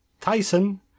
Tyson